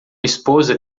esposa